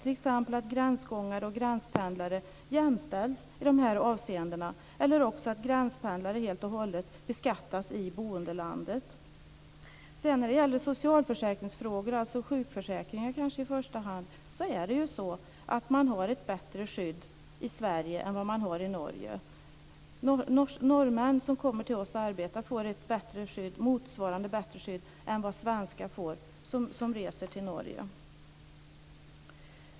Gränsgångare och gränspendlare skulle t.ex. kunna jämställas i dessa avseenden, eller så kunde gränspendlare helt och hållet beskattas i boendelandet. När det gäller socialförsäkringsfrågor - sjukförsäkringar i första hand - är det så att man har ett bättre skydd i Sverige än vad man har i Norge. Norrmän som kommer till oss och arbetar får ett bättre skydd än vad svenskar får som reser till Norge.